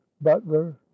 butler